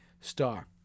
star